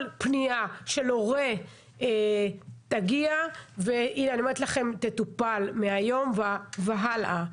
כל פניה של הורה תגיע ואני אומרת לכם שהיא תטופל מהיום והלאה.